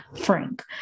Frank